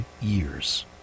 years